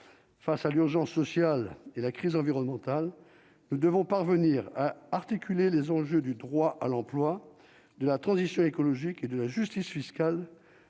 face à l'urgence sociale et la crise environnementale, nous devons parvenir à articuler les enjeux du droit à l'emploi de la transition écologique et de la justice fiscale